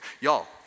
Y'all